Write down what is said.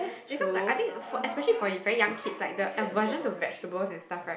because like I think for especially for very young kids like the version of vegetables is stuff like